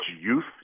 youth